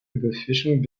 überfischung